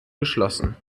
geschlossen